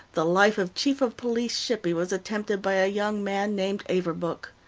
the life of chief of police shippy was attempted by a young man named averbuch.